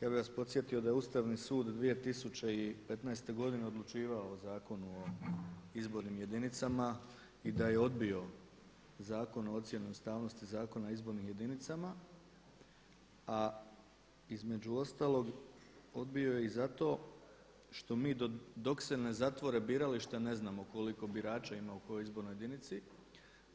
Ja bih vas podsjetio da je Ustavni sud 2015. godine odlučivao o Zakonu o izbornim jedinicama i da je odbio Zakon o ocjeni ustavnosti Zakona o izbornim jedinicama, a između ostalog odbio je i zato što mi dok se ne zatvore birališta ne znamo koliko birača ima u kojoj izbornoj jedinici,